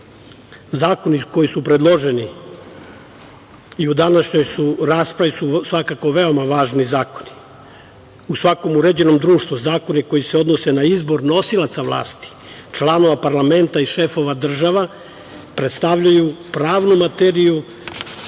redu. Zakoni koji su predloženi i u današnjoj su raspravi, svakako su veoma važni zakoni. U svakom uređenom društvu zakoni koji se odnose na izbor nosioca vlasti, članova parlamenta i šefova država, predstavljaju pravnu materiju